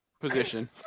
position